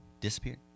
Disappeared